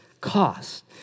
cost